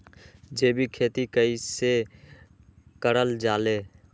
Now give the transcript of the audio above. जैविक खेती कई से करल जाले?